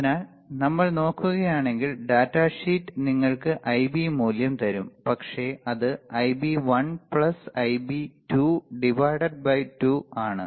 അതിനാൽ നമ്മൾ നോക്കുകയാണെങ്കിൽ ഡാറ്റ ഷീറ്റ് നിങ്ങൾക്ക് ഐബി മൂല്യം തരും പക്ഷേ അത് Ib1 Ib2 2 ആണ്